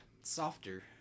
softer